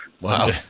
Wow